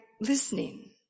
listening